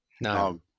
no